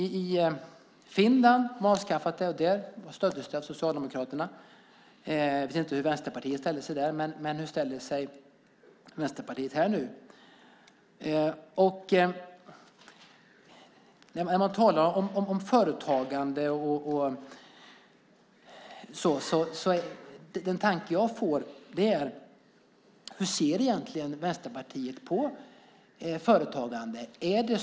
I Finland har man avskaffat det. Där stöddes det av socialdemokraterna. Jag vet inte hur vänsterpartiet ställde sig där. Men hur ställer sig Vänsterpartiet här nu? När man talar om företagande är den tanke jag får: Hur ser egentligen Vänsterpartiet på företagande?